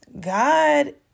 God